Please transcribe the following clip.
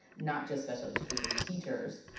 not just special education teachers,